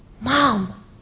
Mom